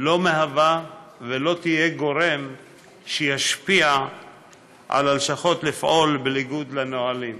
לא מהווה ולא תהיה גורם שישפיע על הלשכות לפעול בניגוד לנהלים.